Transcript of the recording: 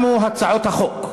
תמו הצעות החוק.